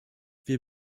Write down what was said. wir